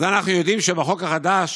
אז אנחנו יודעים שבחוק החדש,